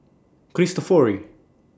Cristofori